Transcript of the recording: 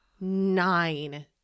nine